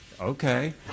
okay